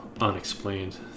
unexplained